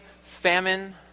famine